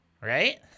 right